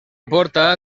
porta